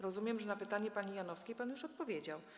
Rozumiem, że na pytanie pani Janowskiej już pan odpowiedział?